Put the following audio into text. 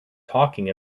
talking